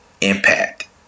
impact